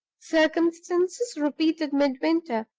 circumstances? repeated midwinter,